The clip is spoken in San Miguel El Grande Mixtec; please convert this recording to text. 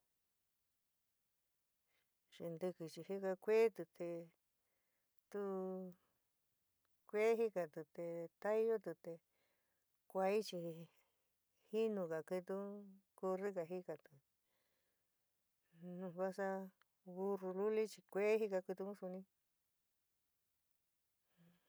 Xintiki chi jikaa kueti te tuu kue jikati te taiyoti te kuayu chi jinuga kiti un corriga jikati, nu vasaa burru luli chi kuee jika kiti un suni.